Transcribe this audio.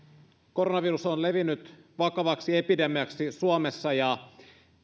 koronavirus on levinnyt vakavaksi epidemiaksi suomessa ja